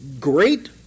great